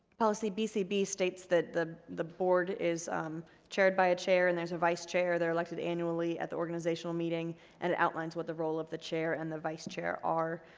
policy bcb states that the the board is chaired by a chair and there's a vice-chair they're elected annually at the organizational meeting and it outlines what the role of the chair and the vice chair are.